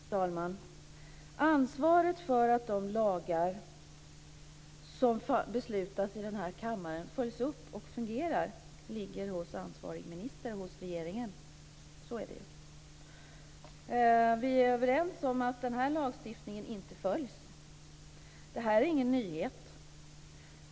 Fru talman! Ansvaret för att de lagar som det fattas beslut om i den här kammaren följs upp och fungerar ligger hos ansvarig minister och hos regeringen. Så är det ju. Vi är överens om att den här lagstiftningen inte följs. Det här är ingen nyhet.